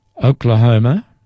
Oklahoma